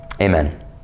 amen